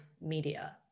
media